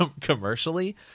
commercially